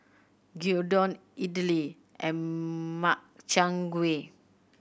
Gyudon Idili and Makchang Gui